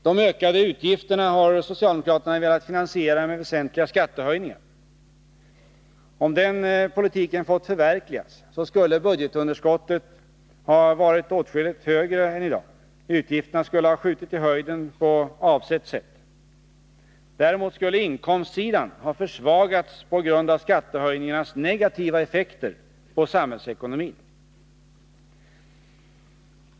De ökade utgifterna har socialdemokraterna i stället velat finansiera med väsentliga skattehöjningar. Om den politiken hade fått förverkligas skulle budgetunderskottet ha varit åtskilligt högre än det är i dag. Utgifterna skulle ha skjutit i höjden på avsett vis. Däremot skulle inkomstsidan ha försvagats på grund av skattehöjningarnas negativa effekter på samhällsekonomin.